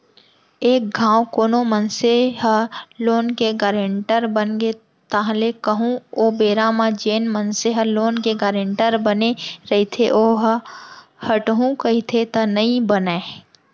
एक घांव कोनो मनसे ह लोन के गारेंटर बनगे ताहले कहूँ ओ बेरा म जेन मनसे ह लोन के गारेंटर बने रहिथे ओहा हटहू कहिथे त नइ बनय